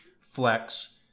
flex